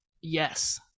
Yes